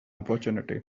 opportunity